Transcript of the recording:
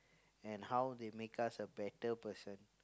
and how they make us a better person